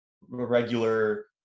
regular